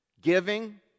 giving